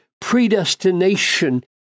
predestination